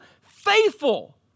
faithful